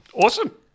Awesome